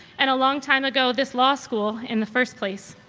and a long time ago this law school, in the first place.